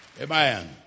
Amen